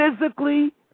physically